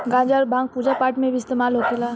गांजा अउर भांग पूजा पाठ मे भी इस्तेमाल होखेला